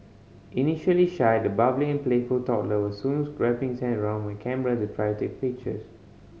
initially shy the bubbly and playful toddler was soon wrapping his hands round my camera to try to pictures